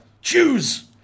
choose